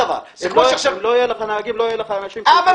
אם לא יהיו נהגים לא יהיו אנשים שנוסעים באוטובוס,